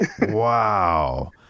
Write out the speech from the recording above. wow